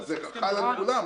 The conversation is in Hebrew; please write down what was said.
זה חל על כולם.